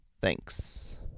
Thanks